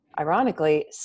ironically